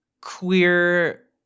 queer